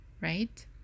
right